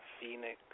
phoenix